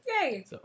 Yay